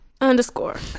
Underscore